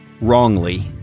wrongly